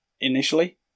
initially